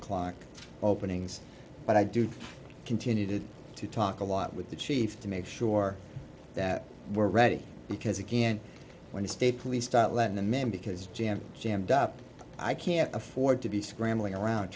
o'clock openings but i do continue to to talk a lot with the chief to make sure that we're ready because again when the state police start letting the men because jam jammed up i can't afford to be scrambling around